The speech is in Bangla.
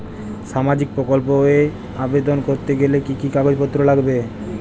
সামাজিক প্রকল্প এ আবেদন করতে গেলে কি কাগজ পত্র লাগবে?